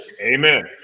Amen